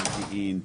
מודיעין,